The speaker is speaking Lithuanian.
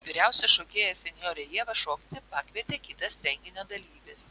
vyriausią šokėją senjorę ievą šokti pakvietė kitas renginio dalyvis